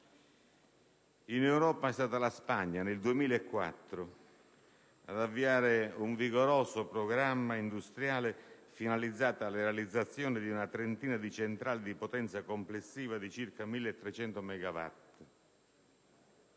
In Europa è stata la Spagna nel 2004 ad avviare un vigoroso programma industriale finalizzato alla realizzazione di una trentina di centrali di potenza complessiva di circa 1.300 megawatt.